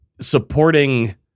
supporting